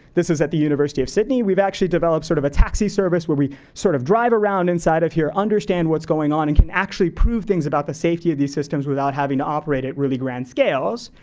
this is at the university of sydney, we've actually developed sort of a taxi service where sort of drive around inside of here, understand what's going on and can actually prove things about the safety of these systems without having to operate at really grand scales.